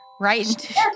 right